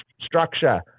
structure